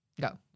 Go